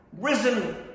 risen